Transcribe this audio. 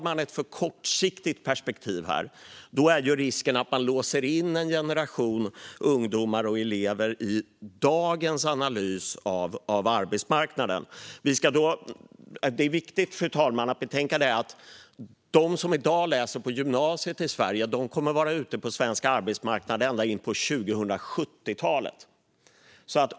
Med ett för kortsiktigt perspektiv är risken att man låser in en generation ungdomar och elever i dagens analys av arbetsmarknaden. Det är viktigt att betänka att de som i dag läser på gymnasiet i Sverige kommer att vara ute på svensk arbetsmarknad ända in på 2070-talet.